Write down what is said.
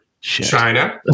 China